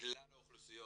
מכלל האוכלוסיות.